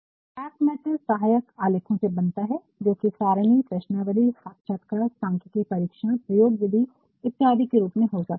तो back matter सहायक आलेखों से बनता है जोकि सारिणी प्रश्नावली साक्षात्कार सांख्यिकी परीक्षण प्रयोगविधि इत्यादि के रूप में हो सकता है